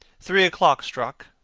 three o'clock struck,